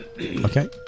Okay